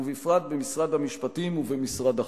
ובפרט במשרד המשפטים ובמשרד החוץ.